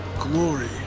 glory